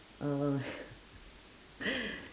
mm